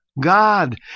God